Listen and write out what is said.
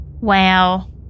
Wow